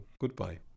goodbye